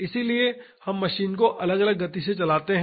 इसलिए हम मशीन को अलग अलग गति से चलाते हैं